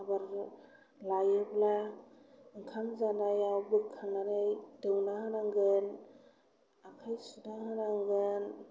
आबार लायोब्ला ओंखाम जानायाव बोखांनानै दौनान होनांगोन आखाय सुनान होनांगोन